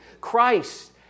Christ